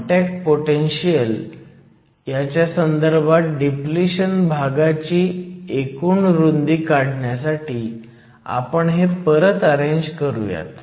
contact potential च्या संदर्भात depletion भागाची एकूण रुंदी काढण्यासाठी आपण हे परत अरेंज करूयात